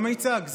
זה לא מיצג.